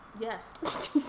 yes